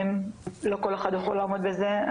ולא כל אחד יכול לעמוד בזה.